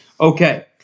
Okay